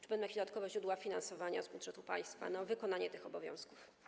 Czy będą jakieś dodatkowe źródła finansowania z budżetu państwa na wykonanie tych obowiązków?